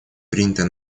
принятая